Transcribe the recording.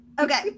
Okay